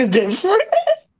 different